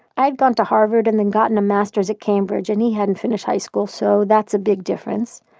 i had gone to harvard and then gotten a masters at cambridge, and he hadn't finished high school, so, that's a big difference.